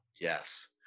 Yes